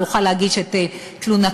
יוכל להגיש את תלונתו,